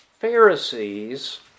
Pharisees